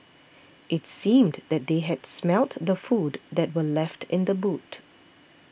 it seemed that they had smelt the food that were left in the boot